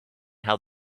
how